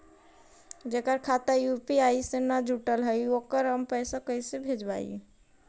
जेकर खाता यु.पी.आई से न जुटल हइ ओकरा हम पैसा कैसे भेजबइ?